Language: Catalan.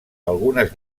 algunes